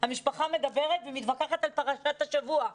המשפחה מדברת ומתווכחת על פרשת השבוע.